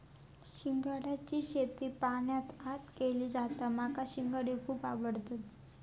शिंगाड्याची शेती पाण्याच्या आत केली जाता माका शिंगाडे खुप आवडतत